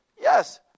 yes